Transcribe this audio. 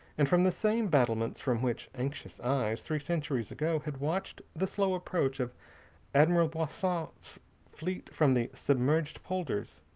and from the same battlements from which anxious eyes three centuries ago had watched the slow approach of admiral boisot's fleet over the submerged polders,